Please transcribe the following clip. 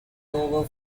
over